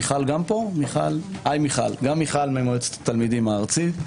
גם מיכל ממועצת התלמידים הארצית.